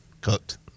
cooked